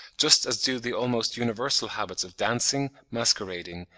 just as do the almost universal habits of dancing, masquerading,